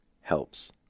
helps